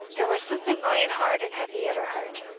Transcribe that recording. there was something lying hard and heavy at her heart.